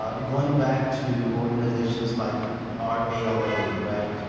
ah going back to organizations like our ala right?